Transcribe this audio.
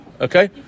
Okay